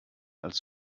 als